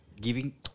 giving